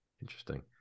Interesting